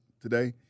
today